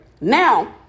now